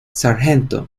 sgt